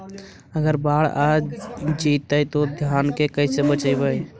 अगर बाढ़ आ जितै तो धान के कैसे बचइबै?